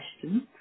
questions